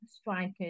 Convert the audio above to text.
strikers